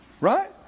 Right